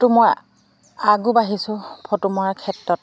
টো মই আগবাঢ়িছোঁ ফটো মৰা ক্ষেত্ৰত